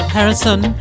Harrison